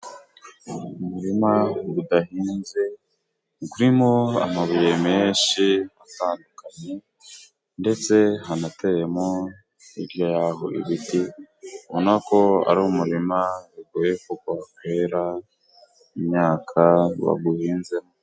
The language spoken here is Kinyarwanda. Mu murima gudahinze gurimo amabuye menshi atandukanye ndetse hanateyemo hirya yaho ibiti, ubona ko ari umurima bigoye kuko kwera imyaka baguhinzemo.